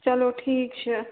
چلو ٹھیٖک چھُ